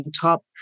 top